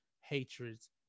hatreds